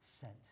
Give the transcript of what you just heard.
sent